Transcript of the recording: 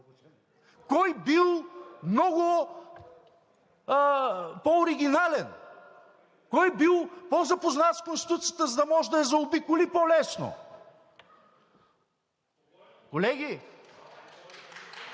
кой бил много по-оригинален, кой бил по-запознат с Конституцията, за да може да я заобиколи по-лесно!